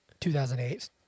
2008